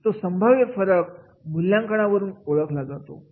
तो फरक संभाव्य मूल्यांकनावरून ओळखला जातो